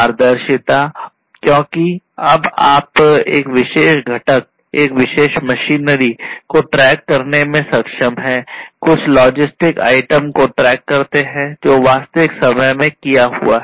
पारदर्शिता क्योंकि अब आप एक विशेष घटक एक विशेष मशीनरी को ट्रैक करने में सक्षम हैं कुछ लॉजिस्टिक आइटम को ट्रैक करते हैं जो वास्तविक समय में किया हुआ हैं